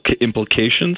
implications